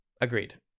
agreed